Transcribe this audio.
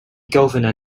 governor